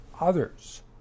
others